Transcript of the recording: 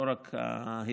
לא רק היתרים,